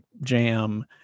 jam